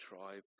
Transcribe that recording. tribe